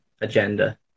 agenda